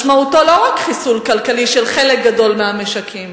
משמעותו לא רק חיסול כלכלי של חלק גדול מהמשקים.